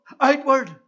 outward